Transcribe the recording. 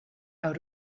out